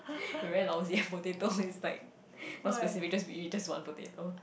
you very lousy ah potato it's like more specific just be we just want potato